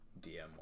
DM